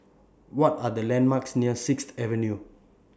What Are The landmarks near Sixth Avenue